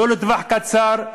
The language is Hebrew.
לא לטווח קצר,